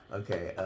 okay